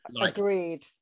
Agreed